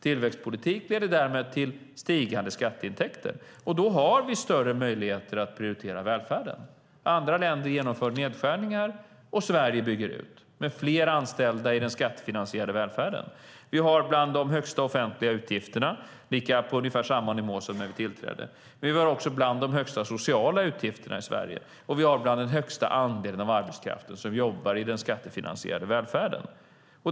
Tillväxtpolitik leder därmed till stigande skatteintäkter, och då har vi större möjligheter att prioritera välfärden. Andra länder genomför nedskärningar, och Sverige bygger ut med fler anställda i den skattefinansierade välfärden. Vi har bland de högsta offentliga utgifterna, vilka ligger på ungefär samma nivå som när vi tillträdde. Sverige har också bland de högsta sociala utgifterna, och vi har bland den högsta andelen av arbetskraften som jobbar i den skattefinansierade välfärden.